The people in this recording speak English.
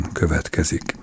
következik